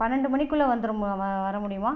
பன்னெண்டு மணிக்குள்ள வந்துருமா வர முடியுமா